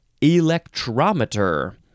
electrometer